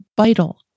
vital